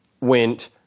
went –